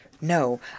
No